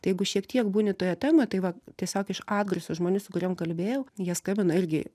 tai jeigu šiek tiek būni toje temoje tai va tiesiog iš atgarsio žmonių su kuriem kalbėjau jie skambino irgi